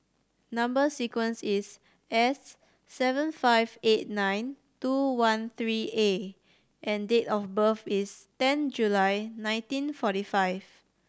number sequence is S seven five eight nine two one three A and date of birth is ten July nineteen forty five